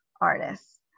artists